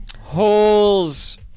Holes